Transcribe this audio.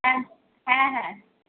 হ্যাঁ হ্যাঁ হ্যাঁ